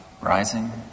rising